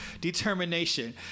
determination